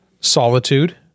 solitude